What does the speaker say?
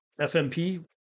FMP